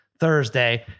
Thursday